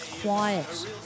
quiet